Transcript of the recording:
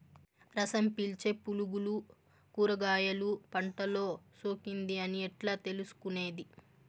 రసం పీల్చే పులుగులు కూరగాయలు పంటలో సోకింది అని ఎట్లా తెలుసుకునేది?